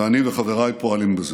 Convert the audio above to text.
ואני וחבריי פועלים לכך.